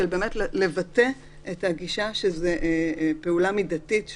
כדי לבטא את הגישה שזו פעולה מידתית,